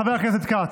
חבר הכנסת כץ?